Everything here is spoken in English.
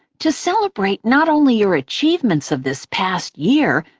to celebrate not only your achievements of this past year,